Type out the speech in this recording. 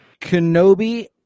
Kenobi